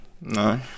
no